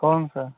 कौन सा